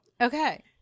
Okay